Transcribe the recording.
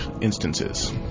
instances